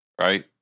right